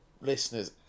listeners